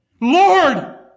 Lord